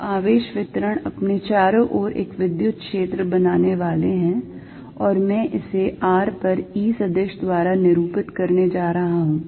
तो आवेश वितरण अपने चारों ओर एक विद्युत क्षेत्र बनाने वाले हैं और मैं इसे r पर E सदिश द्वारा निरूपित करने जा रहा हूं